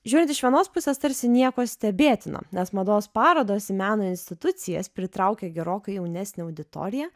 žiūrint iš vienos pusės tarsi nieko stebėtino nes mados parodos į meno institucijas pritraukia gerokai jaunesnę auditoriją